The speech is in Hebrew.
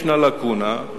ישנה לקונה,